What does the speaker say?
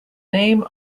name